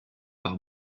par